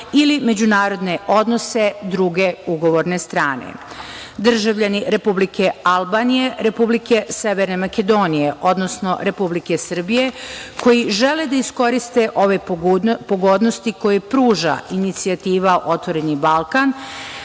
ili međunarodne odnose druge ugovorne strane. Državljani Republike Albanije, Republike Severne Makedonije, odnosno Republike Srbije, koji žele da iskoriste ove pogodnosti koje pruža inicijativa "Otvoreni Balkan",